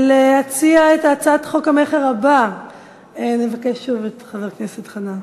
להצעת חוק המכר הבאה נבקש שוב את חבר הכנסת חנא.